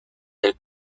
del